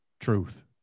truth